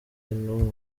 intumwa